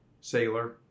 sailor